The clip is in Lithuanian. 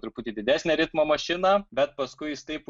truputį didesnę ritmo mašiną bet paskui jis taip